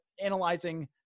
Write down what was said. analyzing –